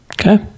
Okay